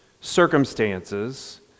circumstances